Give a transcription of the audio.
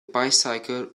bicycle